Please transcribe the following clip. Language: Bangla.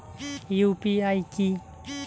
ইউ.পি.আই কি?